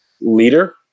leader